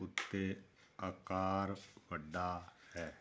ਉੱਤੇ ਅਕਾਰ ਵੱਡਾ ਹੈ